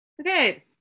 Okay